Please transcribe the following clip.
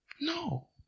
No